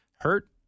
hurt